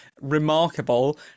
remarkable